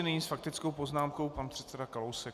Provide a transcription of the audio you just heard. Nyní s faktickou poznámkou pan předseda Kalousek.